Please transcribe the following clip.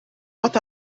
what